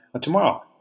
tomorrow